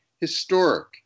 historic